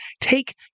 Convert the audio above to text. take